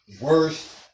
worst